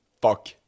Fuck